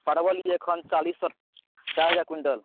परवल यऽ अखनि चालीस सए चारि हजार क्विण्टल